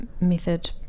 method